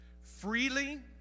freely